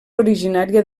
originària